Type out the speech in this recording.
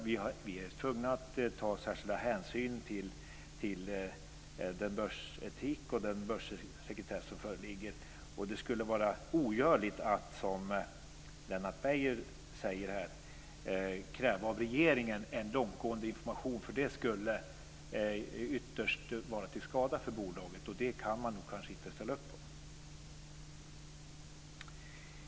Vi är tvungna att ta särskilda hänsyn till den börsetik och den börssekretess som föreligger. Det skulle vara ogörligt att, som Lennart Beijer här säger, kräva av regeringen en långtgående information. Ytterst skulle det vara till skada för bolaget, och det kan man kanske inte ställa upp på.